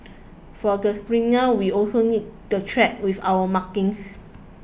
for the sprinters we also need the track with our markings